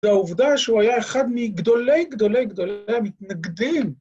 זה העובדה שהוא היה אחד מגדולי גדולי גדולי המתנגדים.